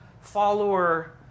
follower